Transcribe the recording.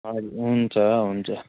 हजुर हुन्छ हुन्छ